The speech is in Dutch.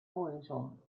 horizon